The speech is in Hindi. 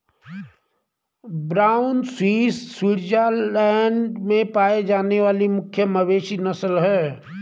ब्राउन स्विस स्विट्जरलैंड में पाई जाने वाली मुख्य मवेशी नस्ल है